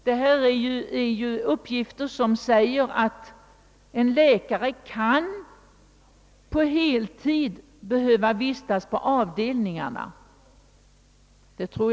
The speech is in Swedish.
Dessa uppgifter visar att en läkare kan behöva vistas på avdelningarna på heltid.